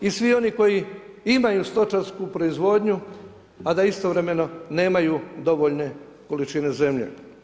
I svi oni koji imaju stočarsku proizvodnu a da istovremeno nemaju dovoljne količine zemlje.